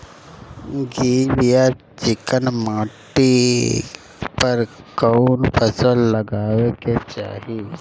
गील या चिकन माटी पर कउन फसल लगावे के चाही?